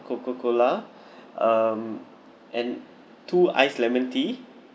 coca cola um and two ice lemon tea